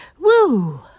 woo